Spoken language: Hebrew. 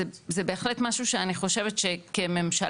זה בהחלט משהו שאני חושבת שכממשלה,